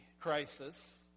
crisis